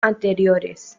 anteriores